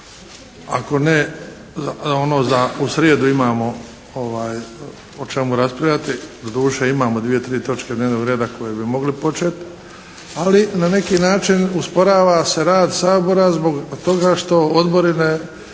ono u srijedu imamo o čemu raspravljati. Doduše, imamo dvije, tri točke dnevnog reda koje bi mogli početi ali na neki način usporava se rad Sabora zbog toga što odbori